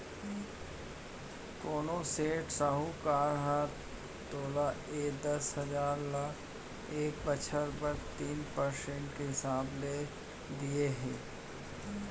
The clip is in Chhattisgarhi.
कोनों सेठ, साहूकार ह तोला ए दस हजार ल एक बछर बर तीन परसेंट के हिसाब ले दिये हे?